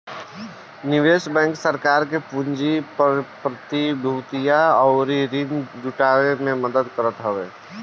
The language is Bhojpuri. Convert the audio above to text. निवेश बैंक सरकार के पूंजी, प्रतिभूतियां अउरी ऋण जुटाए में मदद करत हवे